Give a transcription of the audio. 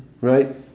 Right